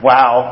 Wow